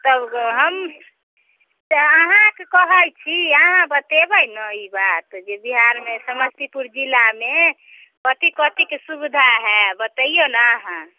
तब हम से अहाँके कहै छी अहाँ बतेबै ने ई बात जे बिहारमे समस्तीपुर जिलामे कथी कथीके सुविधा हइ बतैइऔ ने अहाँ